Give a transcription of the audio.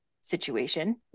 situation